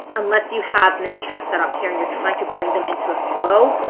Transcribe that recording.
unless you have manychat set up here and you're trying to bring them into a flow.